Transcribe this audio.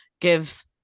give